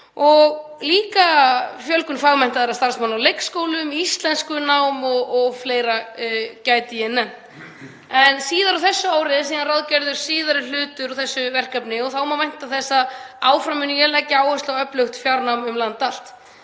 og líka fjölgun fagmenntaðra starfsmanna á leikskólum, íslenskunám og fleira gæti ég nefnt. Síðar á þessu ári er síðan ráðgerður síðari hluti þessa verkefnis og þá má vænta þess að áfram muni ég leggja áherslu á öflugt fjarnám um land allt.